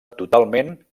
totalment